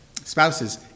spouses